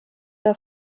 der